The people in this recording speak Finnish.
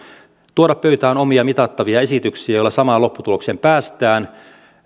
tuoda pöytään omia mitattavia esityksiään joilla samaan lopputulokseen päästään